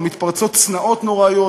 ומתפרצות שנאות נוראות,